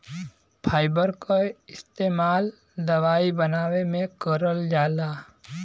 fibre क इस्तेमाल दवाई बनावे में करल जाला